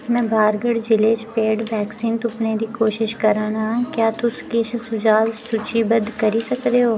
में बारगढ़ जिले च पेड़ वैक्सीन तुप्पने दी कोशश करा नां क्या तुस किश सुझाऽ सूचीबद्ध करी सकदे ओ